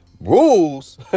Rules